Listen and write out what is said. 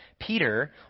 Peter